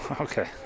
Okay